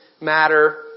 matter